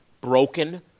Broken